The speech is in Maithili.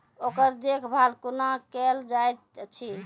ओकर देखभाल कुना केल जायत अछि?